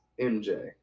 MJ